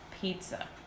Pizza